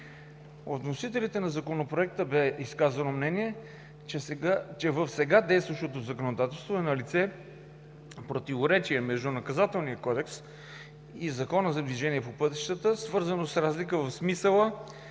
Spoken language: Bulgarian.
От вносителите на Законопроекта бе изказано мнение, че в сега действащото законодателство е налице противоречие между Наказателния кодекс и Закона за движението по пътищата, свързано с разликата в смисъла